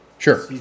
Sure